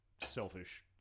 selfish